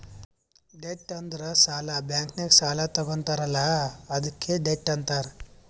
debt ಅಂದುರ್ ಸಾಲ, bank ನಾಗ್ ಸಾಲಾ ತಗೊತ್ತಾರ್ ಅಲ್ಲಾ ಅದ್ಕೆ ಡೆಟ್ ಅಂತಾರ್